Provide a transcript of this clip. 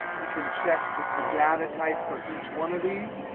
i can check the data type for each one of these.